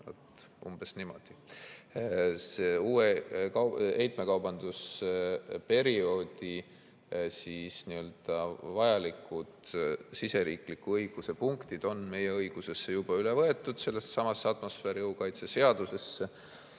Umbes niimoodi. Uue heitmekaubanduse perioodi vajalikud siseriikliku õiguse punktid on meie õigusesse juba üle võetud, sellessesamasse atmosfääriõhu kaitse seadusesse